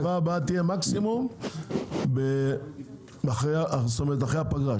הישיבה הבאה תתקיים מייד לאחר הפגרה,